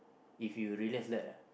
if you realize that lah